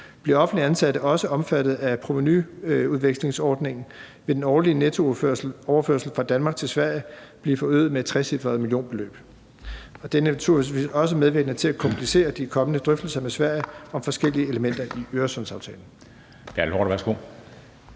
Bliver offentligt ansatte også omfattet af provenuudvekslingsordningen, vil den årlige nettooverførsel fra Danmark til Sverige blive forøget med et trecifret millionbeløb, og det er naturligvis også medvirkende til at komplicere de kommende drøftelser med Sverige om forskellige elementer i Øresundsaftalen.